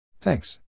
Thanks